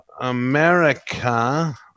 America